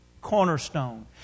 cornerstone